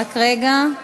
רק רגע,